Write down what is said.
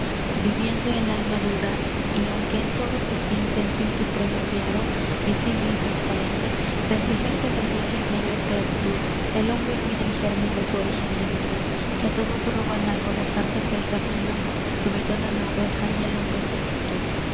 viviendo el alma duda y aunque en todo se siente el fin supremo claro visible y trasparente se envejece del vicio en negra esclavitud el hombre olvida el gérmen de su orígen divino que á todos roban algo las zarzas del camino su vellon á la oveja y al hombre su virtud